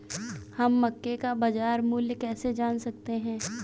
हम मक्के का बाजार मूल्य कैसे जान सकते हैं?